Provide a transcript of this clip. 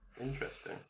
Interesting